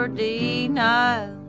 denial